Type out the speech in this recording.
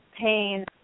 pain